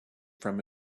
from